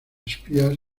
espías